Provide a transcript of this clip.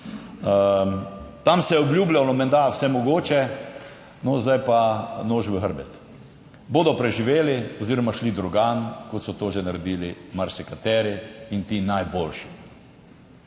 Tam se je obljubljalo menda vse mogoče. No, zdaj pa nož v hrbet. Bodo preživeli oziroma šli drugam, kot so to že naredili marsikateri in ti najboljši.